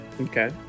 Okay